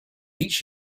each